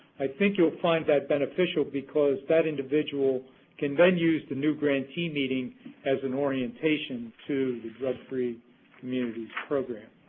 i think you'll find that beneficial because that individual can then use the new grantee meeting as an orientation to the drug free communities program.